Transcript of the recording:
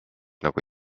nagu